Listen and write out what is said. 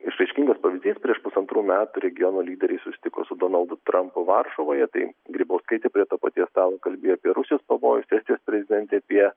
išraiškingas pavyzdys prieš pusantrų metų regiono lyderiai susitiko su donaldu trampu varšuvoje tai grybauskaitė prie to paties stalo kalbėjo apie rusijos pavojus estijos prezidentė apie